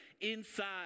inside